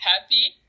happy